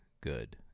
good